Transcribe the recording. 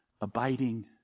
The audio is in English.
Abiding